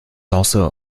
also